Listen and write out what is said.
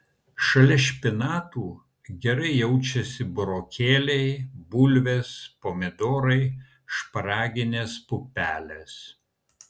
šalia špinatų gerai jaučiasi burokėliai bulvės pomidorai šparaginės pupelės